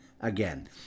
again